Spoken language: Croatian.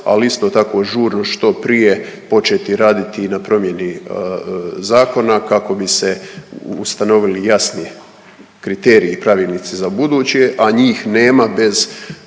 ali isto tako žurno i što prije početi raditi i na promjeni zakona kako bi se ustanovili jasni kriteriji i pravilnici za ubuduće, a njih nema bez